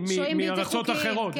שוהים בלתי חוקיים.